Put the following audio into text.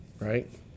Right